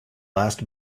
last